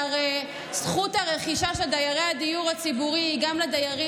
שהרי זכות הרכישה של דיירי הדיור הציבורי היא גם לדיירים,